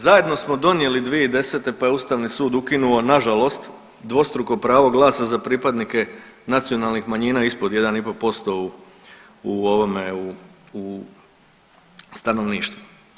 Zajedno smo donijeli 2010. pa je Ustavni sud ukinuo nažalost dvostruko pravo glasa za pripadnike nacionalnih manjina ispod 1,5% u, u ovome, u stanovništvu.